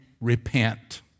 repent